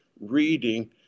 reading